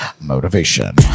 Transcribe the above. motivation